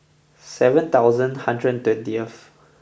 seven thousand hundred and twentieth